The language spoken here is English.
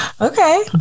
Okay